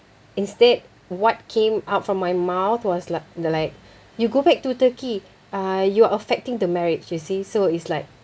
instead what came out from my mouth was like the like you go back to Turkey uh you're affecting the marriage you see so it's like